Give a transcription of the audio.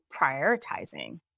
prioritizing